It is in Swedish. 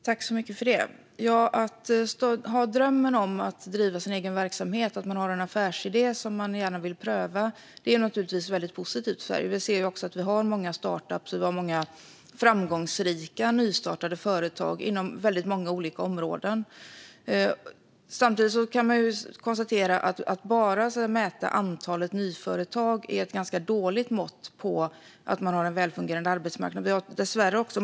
Fru talman! Att ha en dröm om att driva sin egen verksamhet och en affärsidé som man gärna vill pröva är förstås positivt. Vi ser också många startups och framgångsrika nystartade företag inom många olika områden. Att bara mäta antalet nyföretag blir ett ganska dåligt mått på om man har en välfungerande arbetsmarknad.